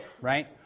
right